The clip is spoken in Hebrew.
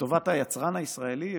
לטובת היצרן הישראלי,